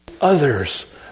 other's